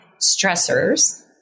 stressors